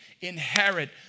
inherit